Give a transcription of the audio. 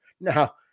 Now